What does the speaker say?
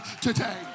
today